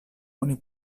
oni